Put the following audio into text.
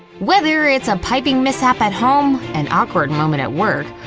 whether it's a piping mishap at home, an awkward moment at work,